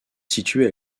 situé